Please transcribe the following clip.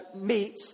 meet